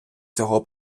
цього